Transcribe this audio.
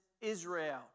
Israel